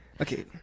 Okay